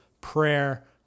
prayer